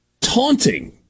taunting